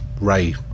Ray